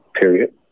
period